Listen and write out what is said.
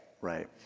Right